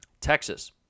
Texas